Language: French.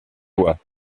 lois